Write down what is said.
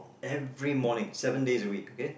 every morning seven days a week okay